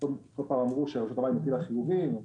כל פעם אמרו שהחברה מטילה חיובים,